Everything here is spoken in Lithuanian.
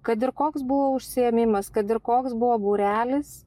kad ir koks buvo užsiėmimas kad ir koks buvo būrelis